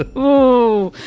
ah oh,